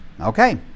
Okay